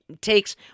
takes